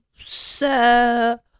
Sir